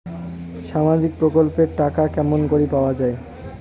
সামাজিক প্রকল্পের টাকা কেমন করি পাওয়া যায়?